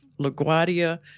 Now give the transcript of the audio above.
LaGuardia